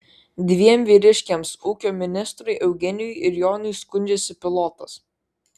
dviem vyriškiams ūkio ministrui eugenijui ir jonui skundžiasi pilotas